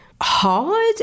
hard